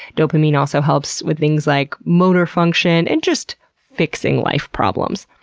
dopamine also helps with things like motor function and just fixing life problems.